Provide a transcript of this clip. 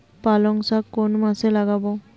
পালংশাক কোন মাসে লাগাব?